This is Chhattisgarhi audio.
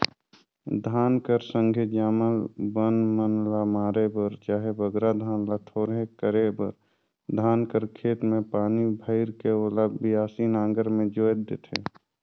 धान कर संघे जामल बन मन ल मारे बर चहे बगरा धान ल थोरहे करे बर धान कर खेत मे पानी भइर के ओला बियासी नांगर मे जोएत देथे